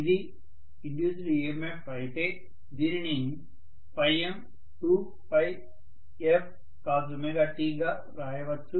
ఇది induced EMF అయితే దీనిని m2f cost గా రాయవచ్చు